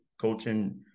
coaching